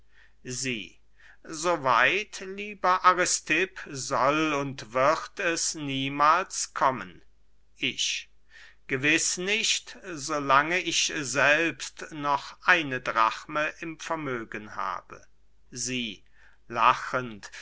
sie so weit lieber aristipp soll und wird es niemahls kommen ich gewiß nicht so lange ich selbst noch eine drachme im vermögen habe sie lachend